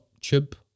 tube